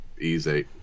Easy